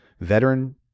veteran